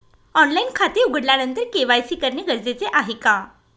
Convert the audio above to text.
Online खाते उघडल्यानंतर KYC करणे गरजेचे आहे का?